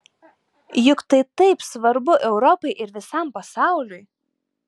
juk tai taip svarbu europai ir visam pasauliui